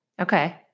okay